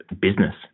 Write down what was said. business